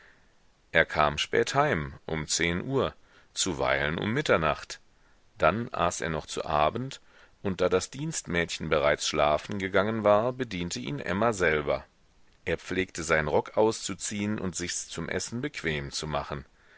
er kam spät heim um zehn uhr zuweilen um mitternacht dann aß er noch zu abend und da das dienstmädchen bereits schlafen gegangen war bediente ihn emma selber er pflegte seinen rock auszuziehen und sichs zum essen bequem zu machen